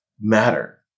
matter